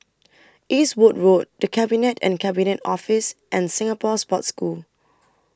Eastwood Road The Cabinet and Cabinet Office and Singapore Sports School